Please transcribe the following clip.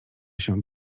się